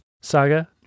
saga